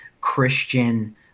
Christian